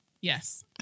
Yes